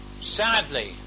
Sadly